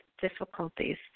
difficulties